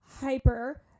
hyper